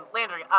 Landry